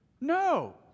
No